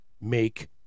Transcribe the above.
make